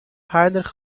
heinrich